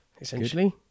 essentially